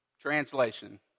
Translation